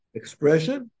expression